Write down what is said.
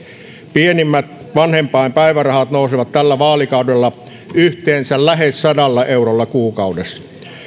pienimmät vanhempainpäivärahat nousevat tällä vaalikaudella yhteensä lähes sadalla eurolla kuukaudessa